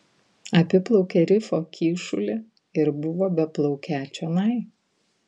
apiplaukė rifo kyšulį ir buvo beplaukią čionai